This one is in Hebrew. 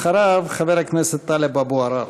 אחריו, חבר הכנסת טלב אבו עראר.